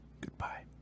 Goodbye